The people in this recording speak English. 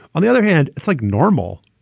on the other hand, it's like normal.